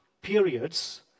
periods